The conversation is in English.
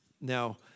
now